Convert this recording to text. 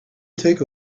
take